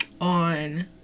on